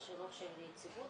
זה שאלות של יציבות,